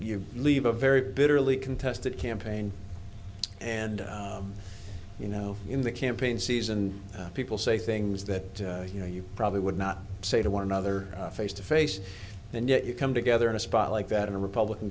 you leave a very bitterly contested campaign and you know in the campaign season people say things that you know you probably would not say to one another face to face and yet you come together in a spot like that in a republican